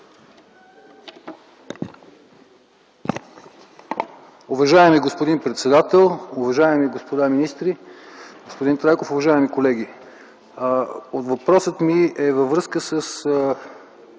Уважаеми господин председател, уважаеми господа министри, господин Трайков, уважаеми колеги! Въпросът ми е във връзка със